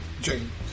James